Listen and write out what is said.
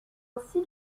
ainsi